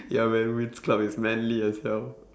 ya man winx club is manly as hell